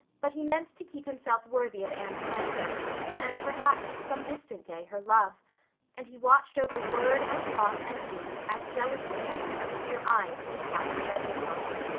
but he meant to keep himself worthy of anne's friendship and perhaps some distant day her love and he watched over word and thought and deed as jealously as if her clear eyes were to pass in judgment on it.